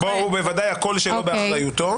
-- אבל בוודאי הקול שלו באחריותו.